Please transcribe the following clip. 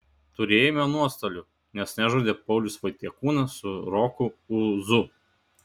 turėjome nuostolių nes nežaidė paulius vaitiekūnas su roku ūzu